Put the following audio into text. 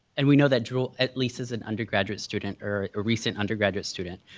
and we know that drill at least as an undergraduate student, or recent undergraduate student,